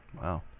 Wow